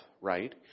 right